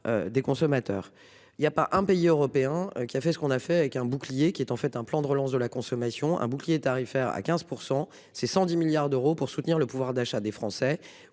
Des consommateurs il y a pas un pays européen qui a fait ce qu'on a fait avec un bouclier qui est en fait un plan de relance de la consommation. Un bouclier tarifaire à 15% c'est 110 milliards d'euros pour soutenir le pouvoir d'achat des Français.